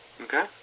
Okay